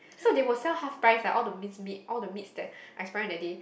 so they will sell half price like all the minced meat all the meats that expiring that day